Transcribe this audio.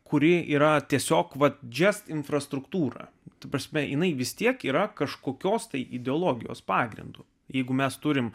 kuri yra tiesiog valdžias infrastruktūrą ta prasme jinai vis tiek yra kažkokios tai ideologijos pagrindu jeigu mes turime